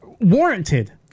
Warranted